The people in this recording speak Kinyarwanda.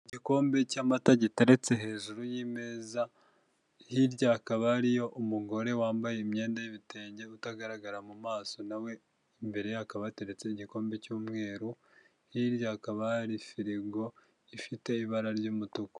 Igikombe cy'amata giteretse hejuru y'imez, hirya hakaba hariyo umugore wambaye imyenda y'ibitenge, utagaragara mu maso na we, imbere hakaba hateretseho igikombe cy'umweru, hirya hakaba hari firigo ifite ibara ry'umutuku.